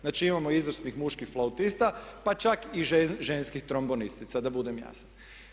Znači imamo izvrsnih muških flautista, pa čak i ženskih trombonistica da budem jasan.